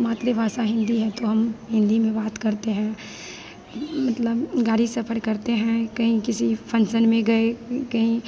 मातृभाषा हिन्दी है तो हम हिन्दी में बात करते हैं मतलब गाड़ी सफ़र करते हैं कहीं किसी फ़न्क्शन में गए कहीं